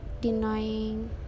denying